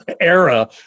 era